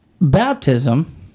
baptism